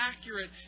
accurate